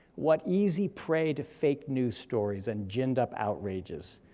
what easy pray to fake news stories and ginned-up outrages,